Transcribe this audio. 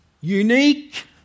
unique